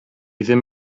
ddim